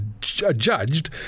judged